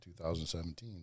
2017